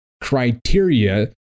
criteria